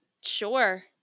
Sure